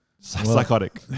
Psychotic